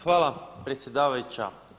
Hvala predsjedavajuća.